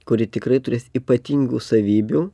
kuri tikrai turės ypatingų savybių